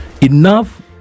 enough